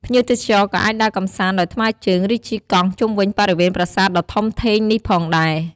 ភ្ញៀវទេសចរក៏អាចដើរកម្សាន្តដោយថ្មើរជើង ឬជិះកង់ជុំវិញបរិវេណប្រាសាទដ៏ធំធេងនេះផងដែរ។